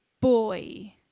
boy